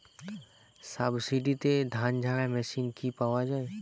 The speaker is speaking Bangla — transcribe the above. সাবসিডিতে ধানঝাড়া মেশিন কি পাওয়া য়ায়?